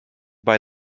bei